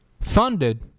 funded